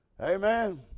Amen